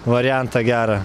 variantą gerą